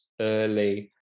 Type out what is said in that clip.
early